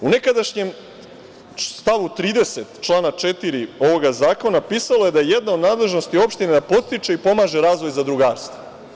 U nekadašnjem stavu 30. člana 4. ovog zakona pisalo je da je jedna od nadležnosti opštine da podstiče i pomaže razvoj zadrugarstva.